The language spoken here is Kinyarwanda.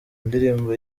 ndirimbo